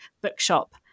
bookshop